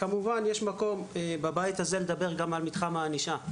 כמובן יש מקום בבית הזה לדבר גם על סוגיית הענישה.